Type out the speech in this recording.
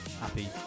happy